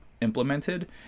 implemented